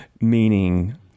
Meaning